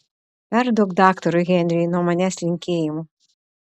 perduok daktarui henriui nuo manęs linkėjimų